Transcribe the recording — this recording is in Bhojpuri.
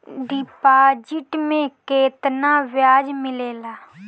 डिपॉजिट मे केतना बयाज मिलेला?